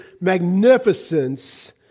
magnificence